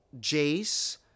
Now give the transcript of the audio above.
Jace